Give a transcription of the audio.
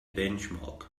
benchmark